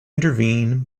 intervene